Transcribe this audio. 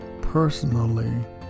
personally